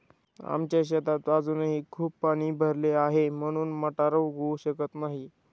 आमच्या शेतात अजूनही खूप पाणी भरले आहे, म्हणून मटार उगवू शकत नाही